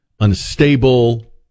Unstable